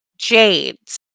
jades